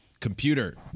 computer